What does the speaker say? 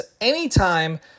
anytime